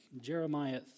Jeremiah